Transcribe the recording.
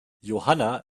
johanna